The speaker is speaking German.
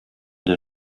der